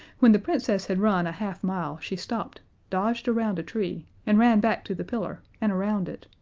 when the princess had run a half mile she stopped, dodged around a tree, and ran back to the pillar and around it,